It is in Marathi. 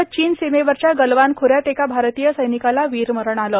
भारत चीन सीमेवरच्या गलवान खोऱ्यात एका भारतीय सैनिकाला वीरमरण आलं